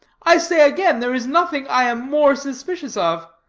i say again there is nothing i am more suspicious of.